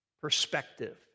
perspective